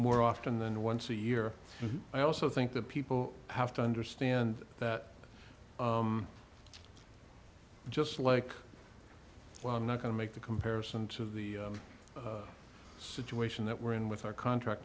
more often than once a year i also think that people have to understand that just like well i'm not going to make the comparison to the situation that we're in with our contract